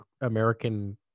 American